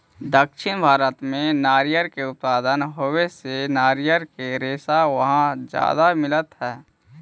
दक्षिण भारत में नारियर के उत्पादन होवे से नारियर के रेशा वहाँ ज्यादा मिलऽ हई